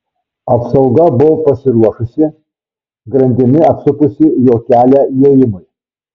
apsauga buvo pasiruošusi grandimi apsupusi jo kelią įėjimui